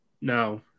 No